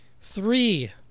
three